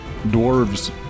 Dwarves